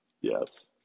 Yes